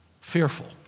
fearful